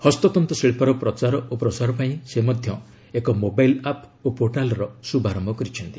ହସ୍ତତ୍ତ ଶିଳ୍ପର ପ୍ରଚାର ଓ ପ୍ରସାର ପାଇଁ ସେ ମଧ୍ୟ ଏକ ମୋବାଇଲ୍ ଆପ୍ ଓ ପୋର୍ଟାଲ୍ର ଶ୍ରୁଭାରନ୍ୟ କରିଛନ୍ତି